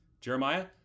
Jeremiah